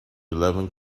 eleven